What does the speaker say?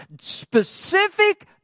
Specific